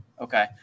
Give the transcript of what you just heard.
Okay